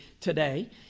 today